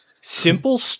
Simple